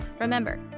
Remember